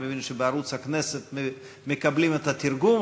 אני מבין שבערוץ הכנסת מקבלים את התרגום,